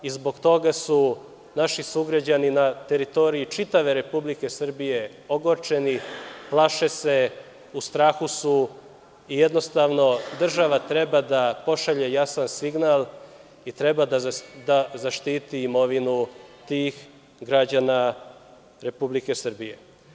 Zbog toga su naši sugrađani na teritoriji čitave Republike Srbije ogorčeni, plaše se, u strahu su i jednostavno država treba da pošalje jasan signal i treba da zaštiti imovinu tih građana Republike Srbije.